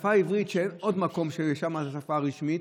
אין עוד מקום שבו השפה העברית היא השפה הרשמית,